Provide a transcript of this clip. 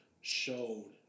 showed